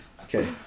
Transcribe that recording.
Okay